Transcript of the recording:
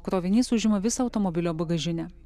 krovinys užima visą automobilio bagažinę